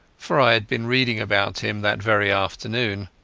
for i had been reading about him that very afternoon.